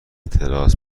تراس